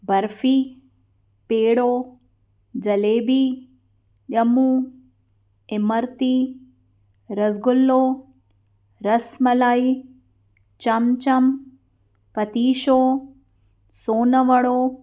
बर्फ़ी पेड़ो जलेबी ॼमूं इमरती रसगुल्लो रसमलाई चमचम पतीशो सोनवड़ो